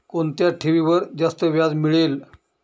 कोणत्या ठेवीवर जास्त व्याज मिळेल?